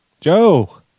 Joe